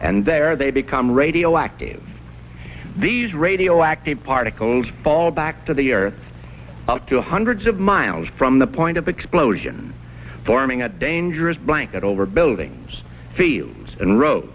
and there they become radioactive these radioactive particles fall back to the earth up to hundreds of miles from the point of explosion forming a dangerous blanket over buildings fields and ro